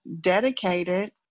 dedicated